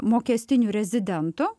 mokestiniu rezidentu